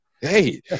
hey